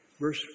verse